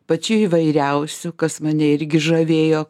pačių įvairiausių kas mane irgi žavėjo